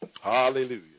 Hallelujah